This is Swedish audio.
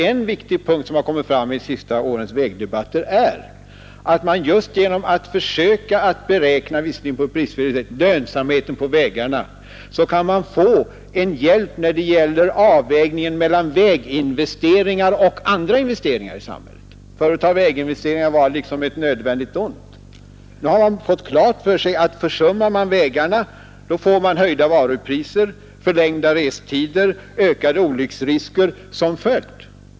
En viktig punkt, som kommit fram i de senaste årens vägdebatter, är att man genom att försöka beräkna lönsamheten på vägarna — låt vara att metoderna ännu är bristfälliga — kan få en hjälp när det gäller att göra avvägningen mellan väginvesteringar och andra investeringar i samhället. Förut har väginvesteringar varit ett nödvändigt ont. Nu har man fått klart för sig att försummar man vägarna så får man höjda varupriser, förlängda restider och ökade olycksrisker som följd.